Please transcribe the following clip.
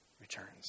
returns